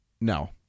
no